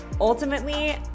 Ultimately